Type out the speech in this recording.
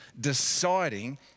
Deciding